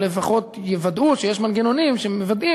או לפחות יוודאו שיש מנגנונים שמוודאים